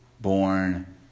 born